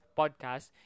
podcast